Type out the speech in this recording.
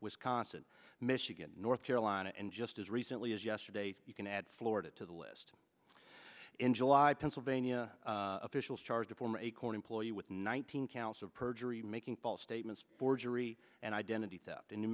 wisconsin michigan north carolina and just as recently as yesterday you can add florida to the list in july pennsylvania officials charged a former acorn employer with nineteen counts of perjury making false statements forgery and identity theft in new